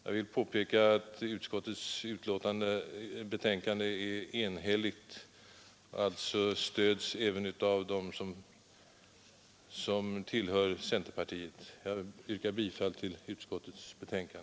Jag vill påpeka att utskottets betänkande är enhälligt och alltså stöds även av dem i utskottet som tillhör centerpartiet. Jag yrkar bifall till utskottets hemställan.